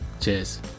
Cheers